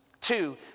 Two